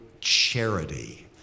charity